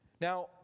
Now